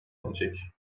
edecek